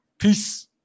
Peace